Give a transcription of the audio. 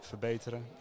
verbeteren